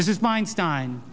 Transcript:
this is mind stein